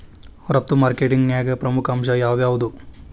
ರಫ್ತು ಮಾರ್ಕೆಟಿಂಗ್ನ್ಯಾಗ ಪ್ರಮುಖ ಅಂಶ ಯಾವ್ಯಾವ್ದು?